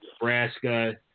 Nebraska